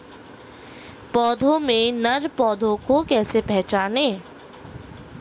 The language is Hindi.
पौधों में नर पौधे को कैसे पहचानें?